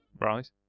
Right